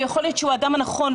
ויכול להיות שהוא האדם הנכון.